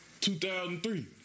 2003